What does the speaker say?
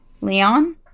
Leon